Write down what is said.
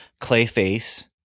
Clayface